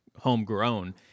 homegrown